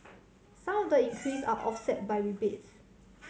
some of the increase are offset by rebates